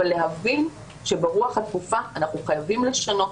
אבל להבין שברוח התקופה אנחנו חייבים לשנות